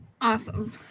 Awesome